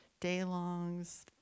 Day-longs